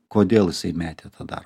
kodėl jisai metė tą darbą